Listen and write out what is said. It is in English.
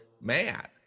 mad